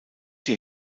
die